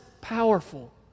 powerful